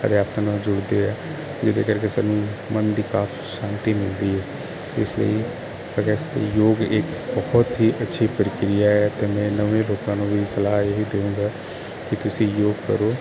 ਜਿਹਦੇ ਕਰਕੇ ਸਾਨੂੰ ਮਨ ਦੀ ਕਾਫੀ ਸ਼ਾਂਤੀ ਮਿਲਦੀ ਐ ਇਸ ਲਈ ਯੋਗ ਇਕ ਬਹੁਤ ਹੀ ਅੱਛੀ ਪ੍ਰਕਿਰਿਆ ਹੈ ਤੇ ਮੈਂ ਨਵੇਂ ਲੋਕਾਂ ਨੂੰ ਵੀ ਸਲਾਹ ਇਹੀ ਦੇਊਗਾ ਕੀ ਤੁਸੀਂ ਯੋਗ ਕਰੋ